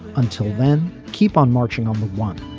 until then keep on marching on the one.